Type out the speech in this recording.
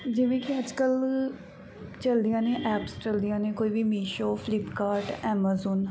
ਜਿਵੇਂ ਕਿ ਅੱਜ ਕੱਲ੍ਹ ਚੱਲਦੀਆਂ ਨੇ ਐਪਸ ਚਲਦੀਆਂ ਨੇ ਕੋਈ ਵੀ ਮੀਸ਼ੋ ਫਲਿਪਕਾਰਟ ਐਮਾਜ਼ੋਨ